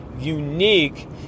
unique